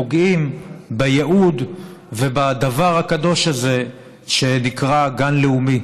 אנחנו פוגעים בייעוד ובדבר הקדוש הזה שנקרא גן לאומי,